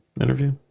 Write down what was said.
interview